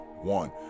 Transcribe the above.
one